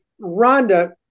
Rhonda